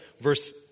verse